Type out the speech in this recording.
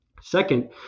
Second